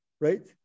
right